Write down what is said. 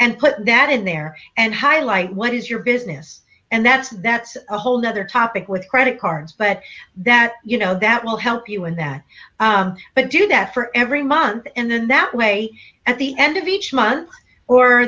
and put that in there and highlight what is your business and that's that's a whole nother topic with credit cards but that you know that will help you in that but do that for every month and then that way at the end of each month or